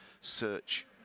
Search